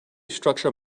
structure